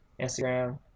Instagram